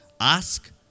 Ask